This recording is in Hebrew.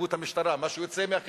מה שיוצא מהתנהגות המשטרה,